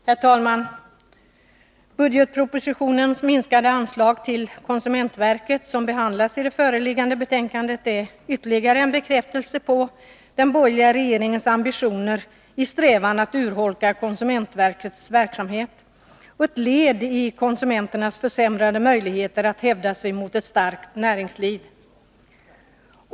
Herr talman! Budgetpropositionens minskade anslag till konsumentverket som behandlas i det föreliggande betänkandet är ytterligare en bekräftelse på den borgerliga regeringens ambitioner i strävan att urholka konsumentverkets verksamhet och ett led i konsumenternas försämrade möjligheter att hävda sig mot ett starkt näringsliv.